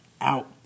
out